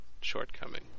shortcoming